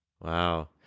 wow